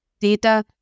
data